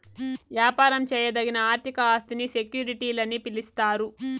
యాపారం చేయదగిన ఆర్థిక ఆస్తిని సెక్యూరిటీలని పిలిస్తారు